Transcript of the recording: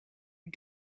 you